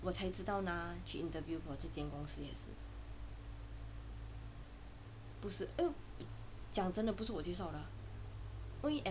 我才知道 na 去 interview for 这间公司也是不是呃讲真的也不是我介绍啦